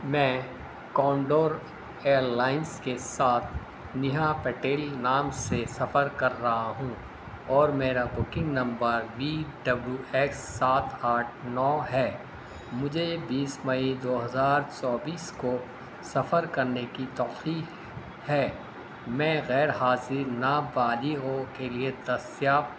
میں Condor Airlines کے ساتھ نیہا پٹیل نام سے سفر کر رہا ہوں اور میرا booking number V W X سات آٹھ نو ہے مجھے بیس مئی دو ہزار چوبیس کو سفر کرنے کی توقع ہے میں غیر حاضر نابالغوں کے لیے دستیاب